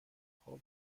خوب